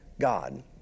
God